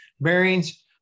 bearings